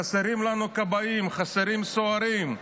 חסרים לנו כבאים, חסרים סוהרים,